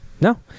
no